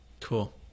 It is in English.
Cool